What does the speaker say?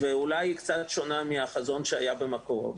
אולי היא קצת שונה מהחזון שהיה במקור,